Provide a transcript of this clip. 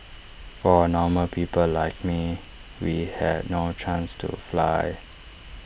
for normal people like me we had no chance to fly